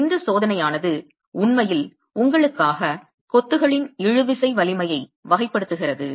எனவே இந்த சோதனையானது உண்மையில் உங்களுக்காக கொத்துகளின் இழுவிசை வலிமையை வகைப்படுத்துகிறது